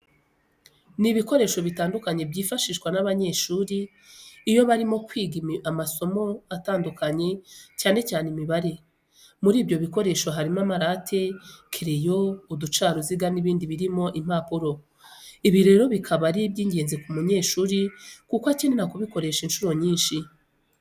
Ni ibikoresho bitandukanye byifahishwa n'abanyeshuri iyo bari kwiga amasomo atandukanye cyane cyane Imibare. Muri ibyo bikoresho harimo amarate, kereyo, uducaruziga n'ibindi birimo impapuro. Ibi rero bikaba ari ingenzi ku munyeshuri kuko akenera kubikoresha inshuro nyinshi.